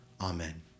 Amen